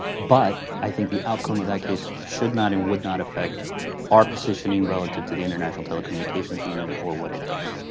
but i think the outcome of that case should not and would not affect our positioning relative to the international telecommunications union or what it does.